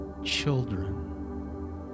children